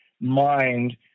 mind